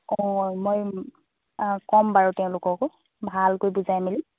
অঁ মই ক'ম বাৰু তেওঁলোককো ভালকৈ বুজাই মেলি